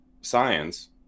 science